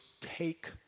take